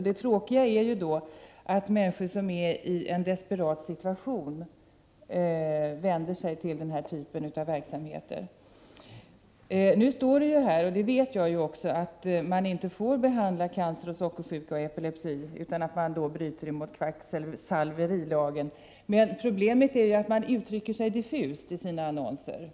Det tråkiga är om människor som befinner sig i en desperat situation vänder sig till den här typen av verksamheter. Det står i svaret — och det vet jag också — att man inte får behandla cancer, sockersjuka och epilepsi, utan att man i så fall bryter mot kvacksalverilagen. Men problemet är ju att man uttrycker sig diffust i sina annonser.